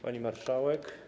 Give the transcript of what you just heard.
Pani Marszałek!